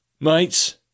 Mates